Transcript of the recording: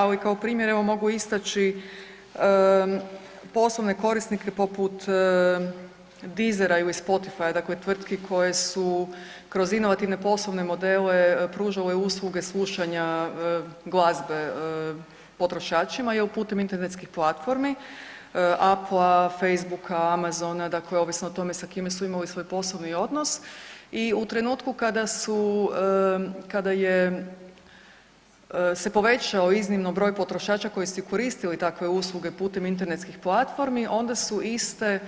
Ali kao primjer evo mogu istaći poslovne korisnike poput Dezzera ili Spotifya, dakle tvrtki koje su kroz inovativne poslovne modele pružale usluge slušanja glazbe potrošačima ili putem internetskih platformi, Applea, Facebooka, Amazona, dakle ovisno o tome sa kime su imale svoj poslovni odnos i u trenutku kada su, kada je se povećao iznimno broj potrošača koji su koristili takve usluge putem internetskih platformi onda su iste